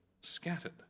scattered